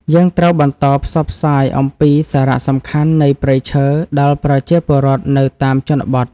យើងត្រូវបន្តផ្សព្វផ្សាយអំពីសារៈសំខាន់នៃព្រៃឈើដល់ប្រជាពលរដ្ឋនៅតាមជនបទ។